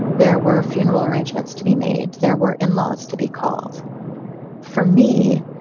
there were funeral arrangements to be made. there were in-laws to be called for me.